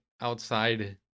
outside